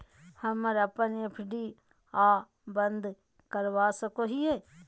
हम अप्पन एफ.डी आ बंद करवा सको हियै